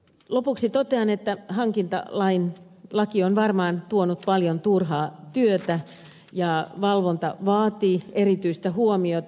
lopuksi totean että hankintalaki on varmaan tuonut paljon turhaa työtä ja valvonta vaatii erityistä huomiota